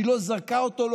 שהיא לא זרקה אותו,